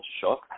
shock